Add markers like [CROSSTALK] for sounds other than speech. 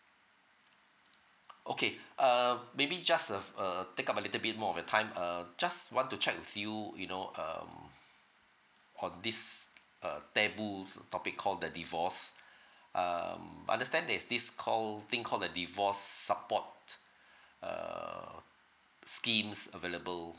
[NOISE] okay uh maybe just uh err take up a little bit more of the time uh just want to check with you you know um on this uh taboo topic called the divorce [BREATH] um understand there is this called thing called the divorce support [BREATH] uh schemes available